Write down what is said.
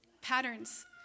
patterns